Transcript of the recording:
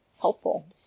helpful